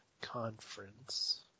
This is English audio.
conference